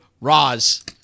Roz